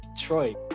Troy